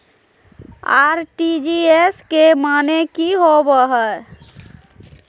RTGS के माने की होबो है?